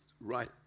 right